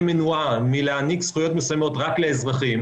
מנועה מלהעניק זכויות מסוימות רק לאזרחים